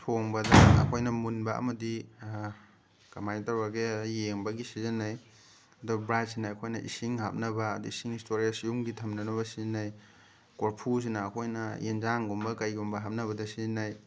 ꯊꯣꯡꯕꯗ ꯑꯩꯈꯣꯏꯅ ꯃꯨꯟꯕ ꯑꯃꯗꯤ ꯀꯃꯥꯏ ꯇꯧꯔꯒꯦ ꯌꯦꯡꯕꯒꯤ ꯁꯤꯖꯤꯟꯅꯩ ꯑꯗꯨ ꯕ꯭ꯔꯥꯏꯠꯁꯤꯅ ꯑꯩꯈꯣꯏꯅ ꯏꯁꯤꯡ ꯍꯥꯞꯅꯕ ꯑꯗꯩ ꯏꯁꯤꯡ ꯏꯁꯇꯣꯔꯦꯖ ꯌꯨꯝꯒꯤ ꯊꯝꯅꯅꯕ ꯁꯤꯖꯤꯟꯅꯩ ꯀꯣꯔꯐꯨꯁꯤꯅ ꯑꯩꯈꯣꯏꯅ ꯌꯦꯟꯖꯥꯡꯒꯨꯝꯕ ꯀꯩꯒꯨꯝꯕ ꯍꯥꯞꯅꯕꯗ ꯁꯤꯖꯤꯟꯅꯩ